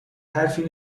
حرفی